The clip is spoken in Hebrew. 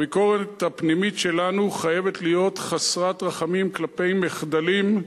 הביקורת הפנימית שלנו חייבת להיות חסרת רחמים כלפי מחדלים,